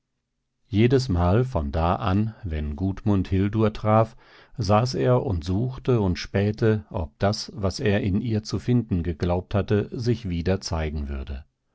jedesmal von da an wenn gudmund hildur traf saß er und suchte und spähte ob das was er in ihr zu finden geglaubt hatte sich wieder zeigen würde